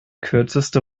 kürzeste